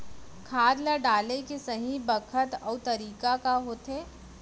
खाद ल डाले के सही बखत अऊ तरीका का होथे?